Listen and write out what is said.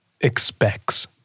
expects